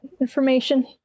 information